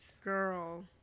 girl